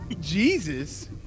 jesus